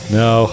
no